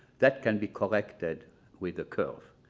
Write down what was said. that can be corrected with a curve,